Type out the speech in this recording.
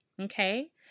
Okay